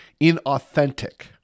Inauthentic